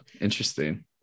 Interesting